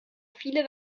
viele